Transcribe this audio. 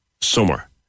summer